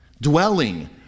dwelling